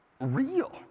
Real